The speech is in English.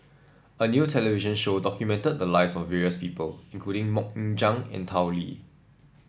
a new television show documented the lives of various people including MoK Ying Jang and Tao Li